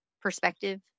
perspective